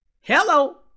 Hello